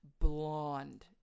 blonde